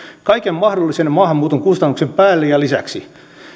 kaiken mahdollisen maahanmuuton kustannuksen päälle ja lisäksi